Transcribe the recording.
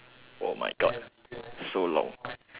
oh my god so long